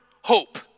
hope